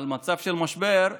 אבל במצב של משבר,